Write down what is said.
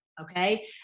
okay